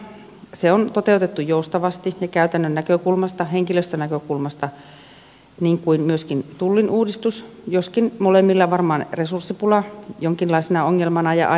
se on toteutettu joustavasti ja käytännön näkökulmasta henkilöstönäkökulmasta niin kuin myöskin tullin uudistus joskin molemmilla varmaan on resurssipula jonkinlaisena ongelmana